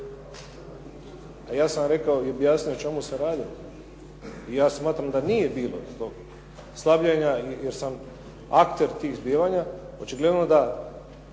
A ja sam rekao i objasnio o čemu se radi tu, i ja smatram da nije bilo tu tog slabljenja, jer sam akter tih zbivanja. Očigledno da